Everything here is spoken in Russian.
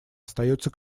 остается